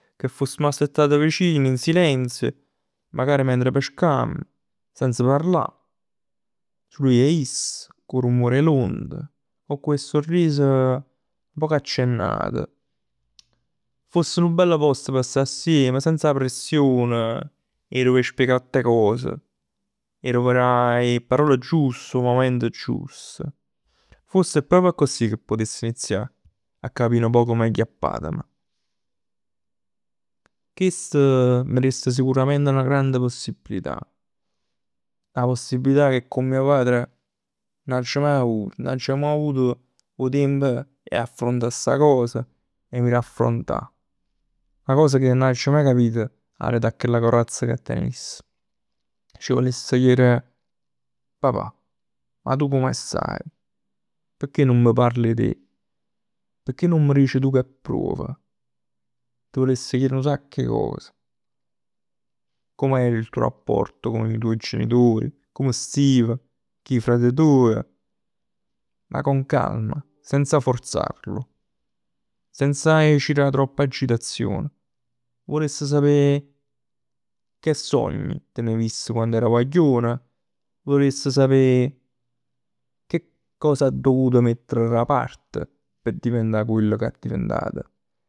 Che fossimo assettat vicini, in silenzio. Magari mentre pescamm, senza parlà. Sul ij e iss, cu 'o rumore 'e l'onde. Con quel sorriso nu poc accennato. Foss nu bellu post p' sta assiem, senza pression 'e dovè spiega tutt cose. 'E truvà 'e parol giuste, 'o mument giusto. Forse è proprio accussì ca putess inizià a capì nu poc meglio a patm. Chest m' dess sicurament 'na grande possibilità. 'Na possibilità che con mio padre nun aggio mai avuto. Nun aggio mai avuto tiemp 'e affrontà sta cos e mi riaffrontà. 'Na cos che nun aggio mai capit aret a chella corazz che ten iss. Ci vuless chier: "Papà, ma tu come stai? Pecchè nun m' parl 'e te? Pecchè nun m' ric tu che pruov? Ti vuless chier nu sacc 'e cos. Come era il tuo rapporto con i tuoi genitori? Come stiv, cu 'e frat tuoj?". Ma con calma, senza forzarlo. Senz 'e c' dà tropp agitazione. Vuless sapè che sogni tenev iss quann era guaglion. Vuless sapè che cosa ha dovuto metter da parte p' diventà chell che è diventat.